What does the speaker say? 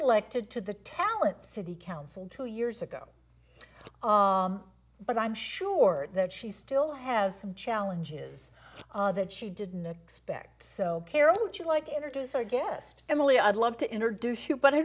elected to the talent thirty council two years ago but i'm sure that she still has some challenges that she didn't expect so carol would you like introduce our guest emily i'd love to introduce you but i